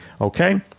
Okay